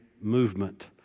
movement